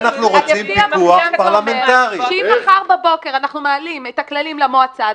לפי המוקדם זה אומר שאם מחר בבוקר אנחנו מעלים את הכללים למועצה,